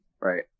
right